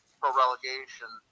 pro-relegation